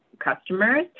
customers